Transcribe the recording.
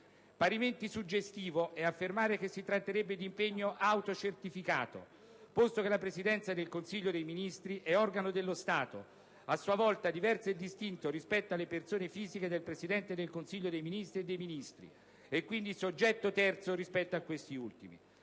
Parimenti suggestivo è affermare che si tratterebbe di impegno «autocertificato», posto che la Presidenza del Consiglio dei ministri è organo dello Stato, a sua volta diverso e distinto rispetto alle persone fisiche del Presidente del Consiglio dei ministri e dei Ministri, e quindi soggetto terzo rispetto a questi ultimi.